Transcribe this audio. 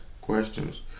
questions